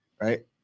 right